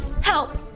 help